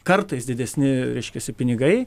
kartais didesni reiškiasi pinigai